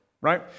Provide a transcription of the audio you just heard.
right